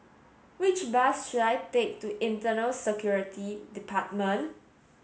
which bus should I take to Internal Security Department